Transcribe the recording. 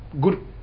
good